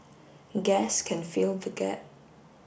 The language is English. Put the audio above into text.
gas can fill the gap